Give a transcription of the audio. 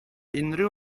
unrhyw